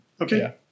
Okay